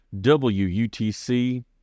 WUTC